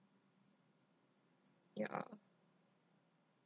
ya